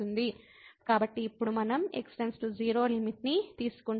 కాబట్టి ఇప్పుడు మనం x → 0 లిమిట్ ని తీసుకుంటాము